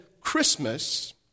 Christmas